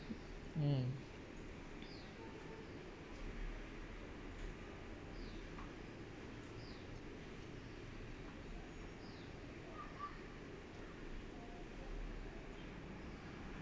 mm